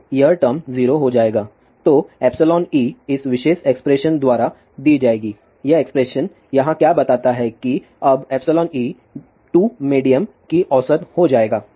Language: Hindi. तो यह टर्म 0 हो जाएगा तो εe इस विशेष एक्सप्रेशन द्वारा दी जाएगी यह एक्सप्रेशन यहाँ क्या बताता है कि अब εe 2 मेडियम की औसत हो जाएगा